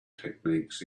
techniques